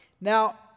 Now